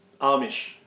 Amish